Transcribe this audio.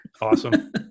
Awesome